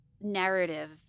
narrative